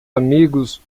amigos